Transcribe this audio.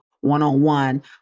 one-on-one